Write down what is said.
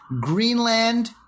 Greenland